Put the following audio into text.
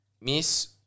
Miss